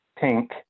pink